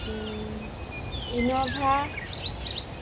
Innova